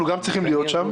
ואנחנו גם צריכים להיות שם,